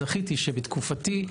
זכיתי שבתקופתי,